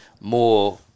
more